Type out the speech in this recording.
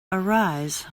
arise